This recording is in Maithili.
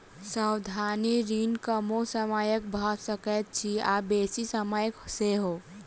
सावधि ऋण कमो समयक भ सकैत अछि आ बेसी समयक सेहो